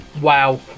Wow